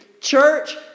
Church